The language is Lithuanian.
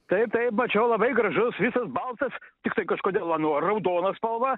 taip taip mačiau labai gražus visas baltas tiktai kažkodėl ano raudona spalva